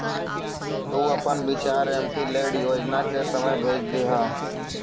तु अपन विचार एमपीलैड योजना के समय भेज दियह